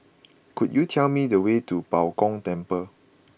could you tell me the way to Bao Gong Temple